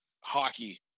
hockey